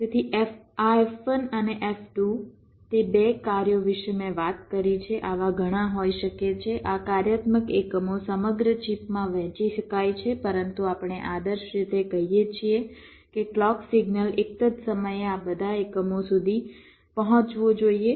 તેથી આ F1 અને F2 તે બે કાર્યો વિશે મેં વાત કરી છે આવા ઘણા હોઈ શકે છે આ કાર્યાત્મક એકમો સમગ્ર ચિપમાં વહેંચી શકાય છે પરંતુ આપણે આદર્શ રીતે કહીએ છીએ કે ક્લૉક સિગ્નલ એક જ સમયે આ બધા એકમો સુધી પહોંચવો જોઈએ